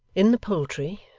in the poultry,